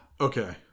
Okay